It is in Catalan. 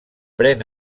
pren